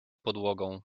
podłogą